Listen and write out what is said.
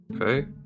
Okay